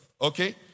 okay